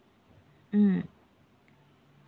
mm